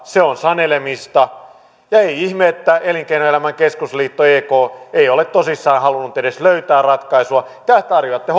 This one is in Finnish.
se on sanelemista ja ei ihme että elinkeinoelämän keskusliitto ek ei ole tosissaan halunnut edes löytää ratkaisua te tarjoatte